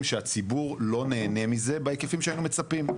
הציבור לא נהנה מזה בהיקפים שהיינו מצפים,